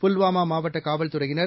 புல்வாமா மாவட்ட காவல்துறையினர்